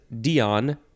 dion